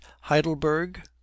Heidelberg